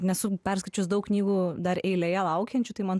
nesu perskaičius daug knygų dar eilėje laukiančių tai man